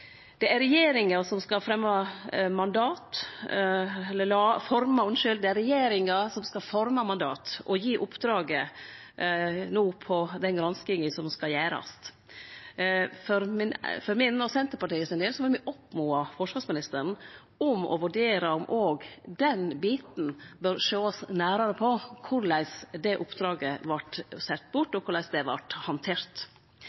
Det er viktig at ein følgjer norsk lov i slike prosessar, sjølvsagt, som i alle andre saker. Det er regjeringa som skal forme mandatet og gi oppdraget om den granskinga som skal gjerast. For min og Senterpartiets del vil me oppmode forsvarsministeren om å vurdere om òg den biten, korleis oppdraget vart sett bort,